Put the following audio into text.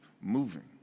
moving